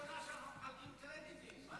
פעם ראשונה שאנחנו מחלקים קרדיטים.